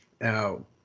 now